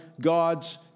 God's